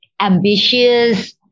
ambitious